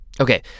Okay